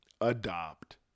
adopt